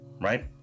right